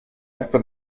after